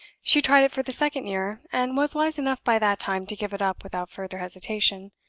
she tried it for the second year, and was wise enough, by that time, to give it up without further hesitation.